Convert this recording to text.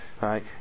right